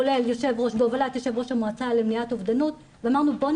בהובלת יו"ר המועצה למניעת אובדנות ואמרנו 'בואו